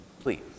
Please